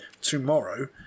tomorrow